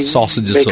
Sausages